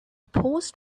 paused